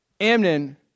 Amnon